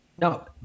No